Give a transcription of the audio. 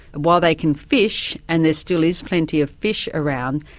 while they can fish, and there still is plenty of fish around,